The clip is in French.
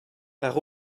par